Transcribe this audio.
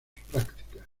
prácticas